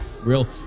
Real